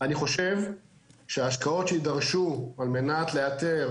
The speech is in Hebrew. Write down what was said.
אני חושב שההשקעות שיידרשו על מנת לאתר